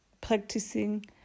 practicing